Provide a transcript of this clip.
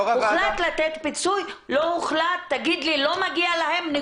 הוחלט לתת פיצוי, לא הוחלט, תגיד לי, לא מגיע להם.